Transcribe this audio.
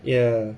ya